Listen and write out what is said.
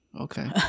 Okay